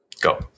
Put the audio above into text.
Go